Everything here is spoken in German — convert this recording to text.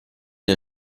der